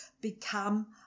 become